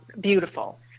beautiful